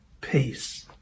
peace